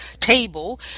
table